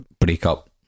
breakup